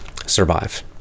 survive